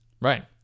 Right